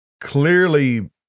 clearly